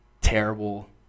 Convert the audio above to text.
terrible